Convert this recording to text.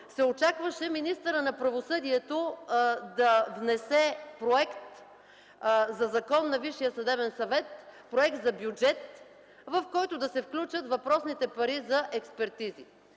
се очакваше министърът на правосъдието да внесе Законопроект на Висшия съдебен съвет – проект за бюджет, в който да се включат въпросните пари за експертизи.